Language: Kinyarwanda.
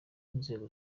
inzego